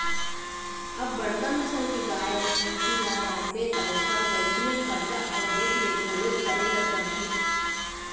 अब बड़का नसल के गाय, भइसी ल राखबे त ओखर वइसने खरचा अउ देखरेख घलोक करे ल परथे